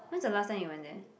when is the last time you went there